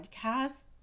podcast